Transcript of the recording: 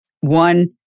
one